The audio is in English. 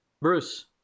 Bruce